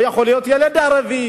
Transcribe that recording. או יכול להיות ילד ערבי,